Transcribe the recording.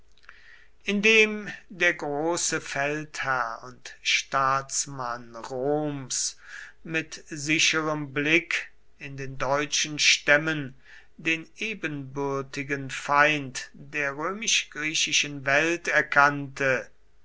indem der große feldherr und staatsmann roms mit sicherem blick in den deutschen stämmen den ebenbürtigen feind der römisch griechischen welt erkannte